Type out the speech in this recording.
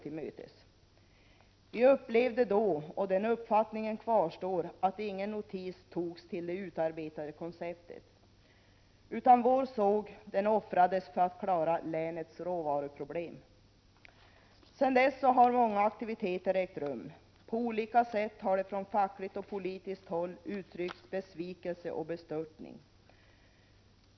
Ingen trodde att det sista statliga sågverket skulle Öm ASSI:s avveckling gå detta öde till mötes. äaverlärörels Vi upplevde då att ingen notis togs om det utarbetade konceptet. Den SE FSE m.m. uppfattningen kvarstår. Vår såg offrades för att klara länets råvaruproblem. Sedan dess har många aktiviteter ägt rum. På olika sätt har det från fackligt och politiskt håll uttryckts besvikelse och bestörtning.